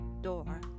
door